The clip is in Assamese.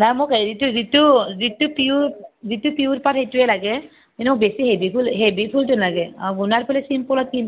নাই মোক হেৰিটো যিটো যিটো পিঅ'ৰ যিটো পিঅ'ৰ পাট সেইটোৱে লাগে এনেও বেছি হেভি ফুল হেভি ফুল নালগে অঁ গুনাৰ ফুল চিম্পুলত